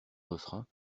refrain